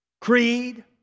creed